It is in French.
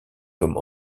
comme